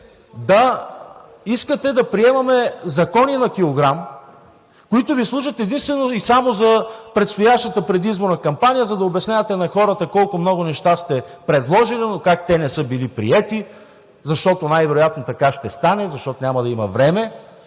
Искате да приемаме закони на килограм, които Ви служат единствено и само за предстоящата предизборна кампания, за да обяснявате на хората колко много неща сте предложили, но как те не са били приети, защото най-вероятно така ще стане, защото няма да има време,